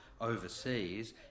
overseas